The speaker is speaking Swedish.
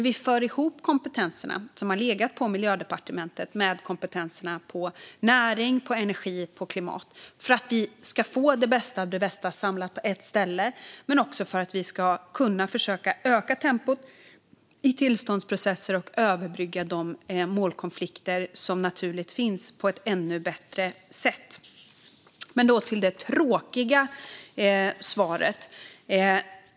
Vi för ihop kompetenserna som har legat på Miljödepartementet med kompetenserna inom näring, energi och klimat för att samla det bästa av det bästa på ett ställe och för att på ett ännu bättre sätt kunna öka tempot i tillståndsprocesser och överbrygga de naturliga konflikter som finns. Nu kommer vi till den tråkiga delen av svaret.